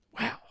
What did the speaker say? Wow